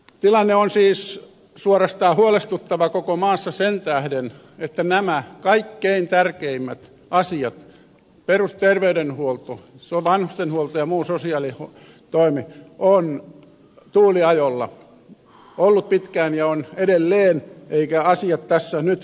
tilanne on siis suorastaan huolestuttava koko maassa sen tähden että nämä kaikkein tärkeimmät asiat perusterveydenhuolto vanhustenhuolto ja muu sosiaalitoimi ovat olleet pitkään ja ovat edelleen tuuliajolla eivätkä asiat tässä nytkään parane